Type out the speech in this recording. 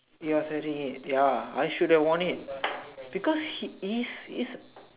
ya selling it ya I should have wore it because it is it is